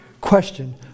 question